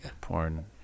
Porn